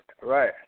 right